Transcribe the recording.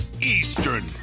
Eastern